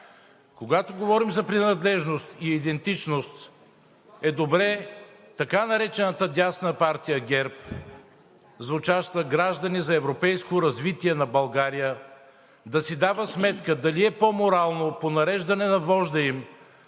Когато говорим за принадлежност и идентичност, е добре така наречената дясна партия ГЕРБ, звучаща „Граждани за европейско развитие на България“, да си дава сметка дали е по-морално по нареждане на вожда им